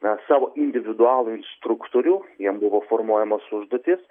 na savo individualų instruktorių jiem buvo formuojamos užduotys